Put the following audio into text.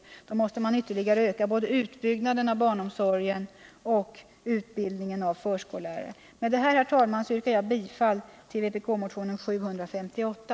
I så fall måste man ytterligare öka både utbyggnaden av barnomsorgen och utbildningen av förskollärare. Med det anförda, herr talman, yrkar jag bifall till vpk-motionen 758.